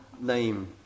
name